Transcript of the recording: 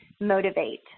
motivate